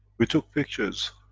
we took pictures,